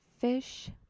fish